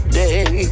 day